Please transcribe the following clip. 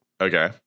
Okay